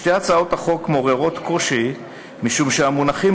שתי הצעות החוק מעוררות קושי משום שהמונחים